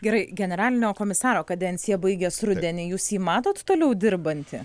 gerai generalinio komisaro kadencija baigias rudenį jūs jį matot toliau dirbantį